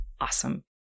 Awesome